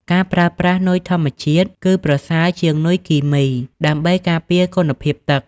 ការប្រើប្រាស់ នុយធម្មជាតិ គឺប្រសើរជាងនុយគីមី ដើម្បីការពារគុណភាពទឹក។